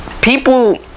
People